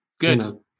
good